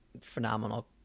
phenomenal